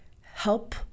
help